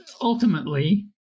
ultimately